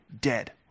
dead